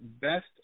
best